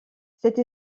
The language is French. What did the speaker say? cette